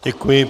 Děkuji.